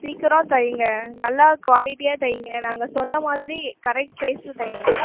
சீக்கிரம் தைங்க நல்லா குவாலிட்டியாக தைங்க நாங்கள் சொன்ன மாதிரி கரெக்ட் சைஸில் தைங்க